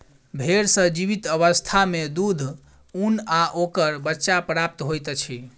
भेंड़ सॅ जीवित अवस्था मे दूध, ऊन आ ओकर बच्चा प्राप्त होइत अछि